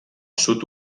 sud